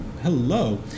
hello